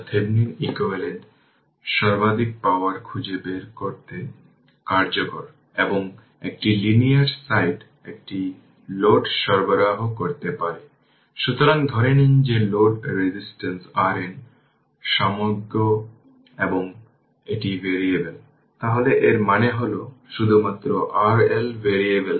সুতরাং এখানেও একই জিনিস খুঁজে বের করতে হবে VThevenin এবং RThevenin একটি ডিপেন্ডেন্ট ভোল্টেজের সোর্স এখানে ix কারেন্ট এখানে ix এই ix এখানে